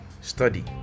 study